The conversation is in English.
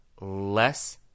less